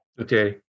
Okay